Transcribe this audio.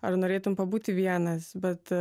ar norėtum pabūti vienas bet